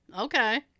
Okay